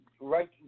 right